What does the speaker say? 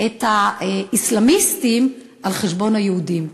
את האסלאמיסטים על חשבון היהודים.